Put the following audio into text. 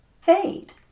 fade